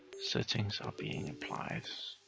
settings are being applied.